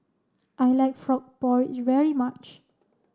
I like frog porridge very much